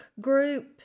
group